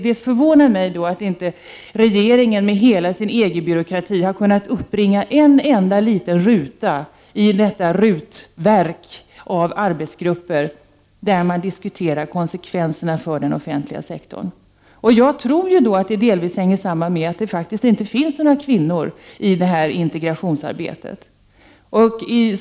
Det förvånar mig att inte regeringen, med hela sin EG-byråkrati, har kunnat uppbringa en enda liten ruta i detta rutverk av arbetsgrupper, där man diskuterar konsekvenserna för den offentliga sektorn. Jag tror att det hänger samman med att det faktiskt inte finns några kvinnor i integrationsarbetet.